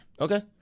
Okay